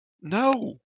No